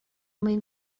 mwyn